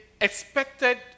Expected